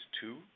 two